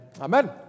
Amen